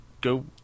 go